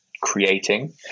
creating